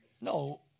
No